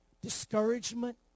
discouragement